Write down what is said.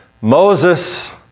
Moses